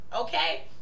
Okay